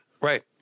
Right